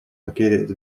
located